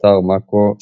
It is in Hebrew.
באתר מאקו,